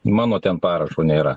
mano ten parašo nėra